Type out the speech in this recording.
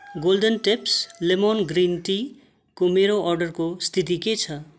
golden Tips lemon green टीको मेरो अर्डरको स्थिति के छ